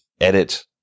edit